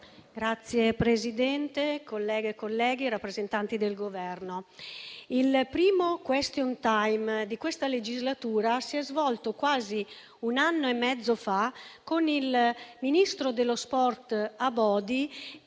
Signora Presidente, colleghe e colleghi, rappresentanti del Governo, il primo *question time* di questa legislatura si è svolto quasi un anno e mezzo fa con il ministro per lo sport e i